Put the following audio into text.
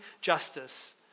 justice